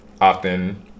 often